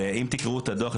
ואם תקראו את הדוח,